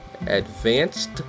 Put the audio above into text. Advanced